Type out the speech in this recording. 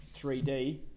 3d